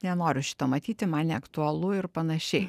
nenoriu šito matyti man neaktualu ir panašiai